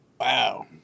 wow